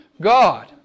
God